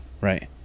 Right